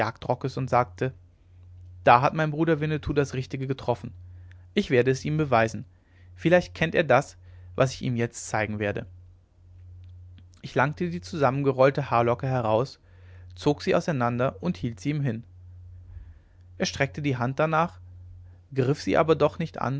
und sagte da hat mein bruder winnetou das richtige getroffen ich werde es ihm beweisen vielleicht kennt er das was ich ihm jetzt zeigen werde ich langte die zusammengerollte haarlocke heraus zog sie auseinander und hielt sie ihm hin er streckte die hand darnach aus griff sie aber doch nicht